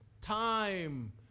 time